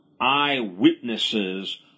eyewitnesses